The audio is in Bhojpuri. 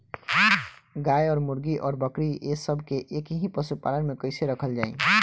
गाय और मुर्गी और बकरी ये सब के एक ही पशुपालन में कइसे रखल जाई?